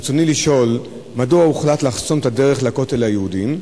רצוני לשאול: 1. מדוע הוחלט לחסום את הדרך לכותל ליהודים?